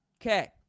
okay